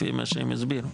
לפי מה שהוא הסביר.